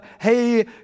hey